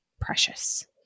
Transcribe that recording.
precious